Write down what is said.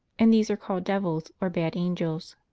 and these are called devils or bad angels.